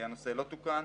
הנושא לא תוקן.